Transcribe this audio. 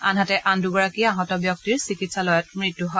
আনহাতে আন দুগৰাকী আহত ব্যক্তিৰ চিকিৎসালয়ত মৃত্যু হয়